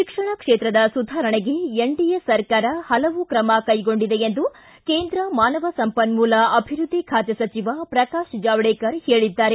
ಶಿಕ್ಷಣ ಕ್ಷೇತ್ರದ ಸುಧಾರಣೆಗೆ ಎನ್ಡಿಎ ಸರ್ಕಾರ ಹಲವು ಕ್ರಮ ಕೈಗೊಂಡಿದೆ ಎಂದು ಕೇಂದ್ರ ಮಾನವ ಸಂಪನ್ನೂಲ ಅಭಿವೃದ್ಧಿ ಖಾತೆ ಸಚಿವ ಪ್ರಕಾಶ್ ಜಾವಡೇಕರ್ ಹೇಳಿದ್ದಾರೆ